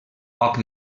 poc